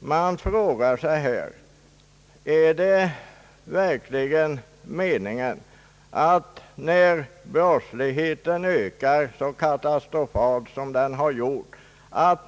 Man frågar sig i detta sammanhang: Är det verkligen riktigt, när brottsligheten ökats så katastrofalt som den gjort, att